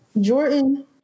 jordan